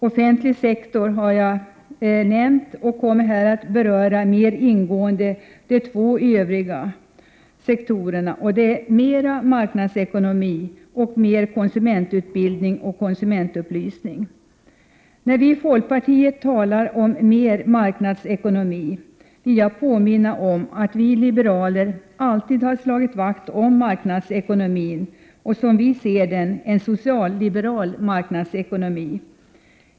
Offentlig sektor har jag nämnt och kommer här att mer ingående beröra de två övriga områdena, nämligen marknadsekonomi — mera marknadsekonomi — samt konsumentutbildning och konsumentupplysning. När vi i folkpartiet talar om mer marknadsekonomi vill jag påminna om att vi liberaler alltid har slagit vakt om marknadsekonomin som vi ser den — en socialliberal marknadsekonomi.